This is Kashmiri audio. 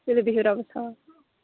تُلِو بِہِو رۄبَس حوال